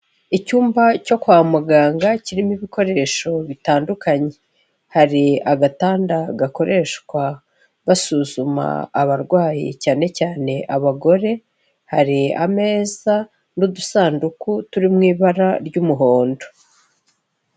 Icyumba cyo kwa muganga kirimo ibikoresho bitandukanye, hari agatanda gakoreshwa basuzuma abarwayi cyane cyane abagore, hari ameza n'udusanduku turi mu ibara ry'umuhondo.